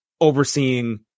overseeing